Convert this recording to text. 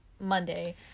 Monday